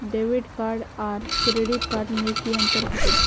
Debit card आर credit card में की अंतर होचे?